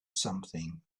something